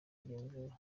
igenzura